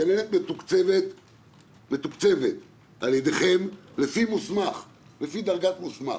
הגננת מתוקצבת על ידיכם לפי דרגת מוסמך.